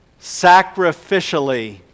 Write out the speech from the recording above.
Sacrificially